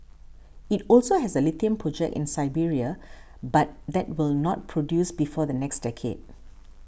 it also has a lithium project in Serbia but that will not produce before the next decade